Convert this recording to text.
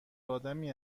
آدمی